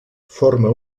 forma